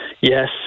Yes